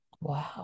Wow